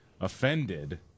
offended